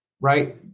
right